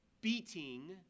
beating